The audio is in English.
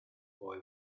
boy